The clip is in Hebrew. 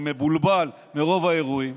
אני מבולבל מרוב האירועים,